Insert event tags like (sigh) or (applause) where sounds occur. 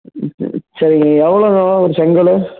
(unintelligible) சரிங்க நீங்கள் எவ்வளோங்கண்ணா ஒரு செங்கல்